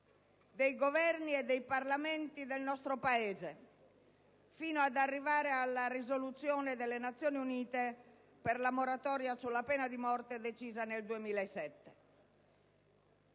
dei Governi e dei Parlamenti del nostro Paese, fino ad arrivare alla risoluzione delle Nazioni Unite per la moratoria della pena di morte, decisa nel 2007.